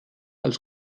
als